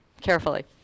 carefully